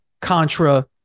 contra